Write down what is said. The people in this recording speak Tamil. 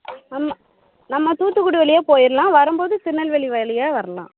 ஆமாம் நம்ம தூத்துக்குடி வழியா போயிடல்லாம் வரும்போது திருநெல்வேலி வழியா வரலாம்